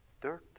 dirt